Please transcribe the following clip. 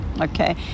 okay